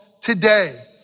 today